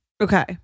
Okay